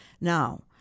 Now